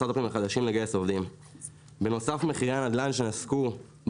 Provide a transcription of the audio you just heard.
מחירי הנדל"ן שנסקו בשנים האחרונות ועוד גורמים שבוודאי מוכרים לכם,